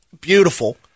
beautiful